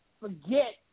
forget